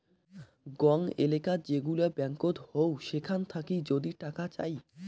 গং এলেকাত যেগুলা ব্যাঙ্কত হউ সেখান থাকি যদি টাকা চাই